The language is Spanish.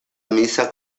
misa